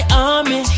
army